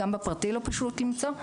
גם בפרטי לא פשוט למצוא,